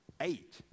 eight